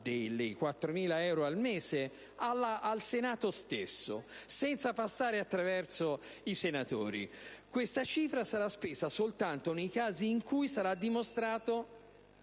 di 4.000 euro al mese al Senato stesso, senza passare attraverso i senatori. Questa cifra sarà spesa soltanto nei casi in cui sarà dimostrato